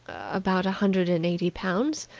about a hundred and eighty pounds.